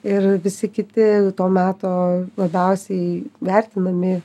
ir visi kiti to meto labiausiai vertinami